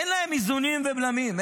אין להם איזונים ובלמים.